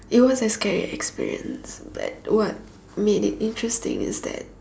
it was a scary experience but what made it interesting is that